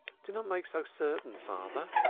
do not make so certain, father.